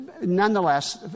Nonetheless